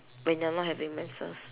when you're not having menses